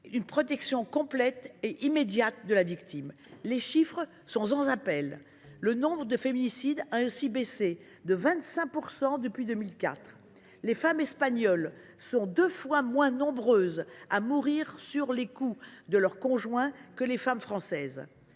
qu’une protection complète et immédiate de la victime. Les chiffres sont sans appel : le nombre de féminicides a baissé de 25 % depuis 2004 et les Espagnoles sont en proportion deux fois moins nombreuses à mourir sous les coups de leur conjoint que les Françaises.